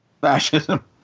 fascism